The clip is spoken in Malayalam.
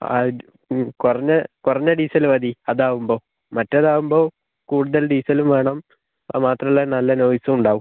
ആ കുറഞ്ഞ കുറഞ്ഞ ഡീസൽ മതി അതാവുമ്പോൾ മറ്റേതാവുമ്പോൾ കൂടുതൽ ഡീസലും വേണം അതുമാത്രമല്ല നല്ല നോയ്സും ഉണ്ടാവും